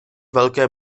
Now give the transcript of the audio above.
velké